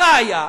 הראיה,